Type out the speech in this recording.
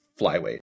flyweight